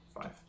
five